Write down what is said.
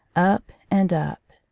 up and up.